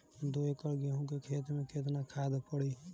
दो एकड़ गेहूँ के खेत मे केतना खाद पड़ी?